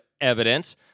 evidence